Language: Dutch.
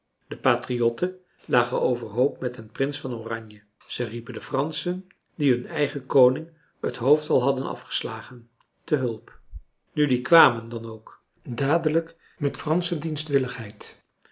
de patriotten lagen overhoop met den prins van oranje ze riepen de franschen die hun eigen koning het hoofd al hadden afgeslagen te hulp nu die kwamen dan ook dadelijk met fransche